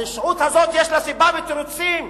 הרשעות הזאת, יש לה סיבה ותירוצים.